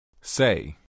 Say